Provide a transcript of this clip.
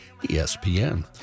ESPN